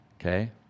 Okay